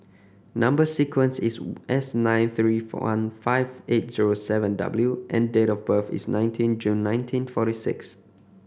number sequence is S nine three five eight zero seven W and date of birth is nineteen June nineteen forty six